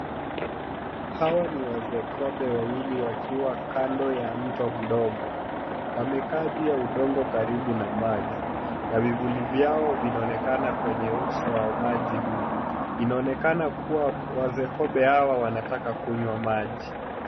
Hawa ni wazee kobe wawili wakiwa kando ya mto mdogo. Wamekaa juu ya udongo karibu na maji, na vifuli vyao vinaonekana kwenye uso wa maji huo. Inaonekana kuwa wazee kobe hawa wanataka kunywa maji.